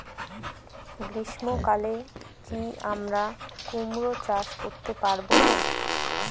গ্রীষ্ম কালে কি আমরা কুমরো চাষ করতে পারবো?